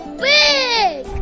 big